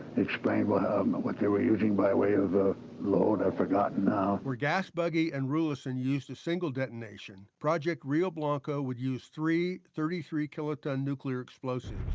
explained what but what they were using by way of load, i've forgotten now. where gasbuggy and rulison used a single detonation, project rio blanco would use three thirty three kiloton nuclear explosives,